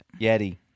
Yeti